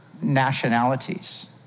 nationalities